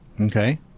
Okay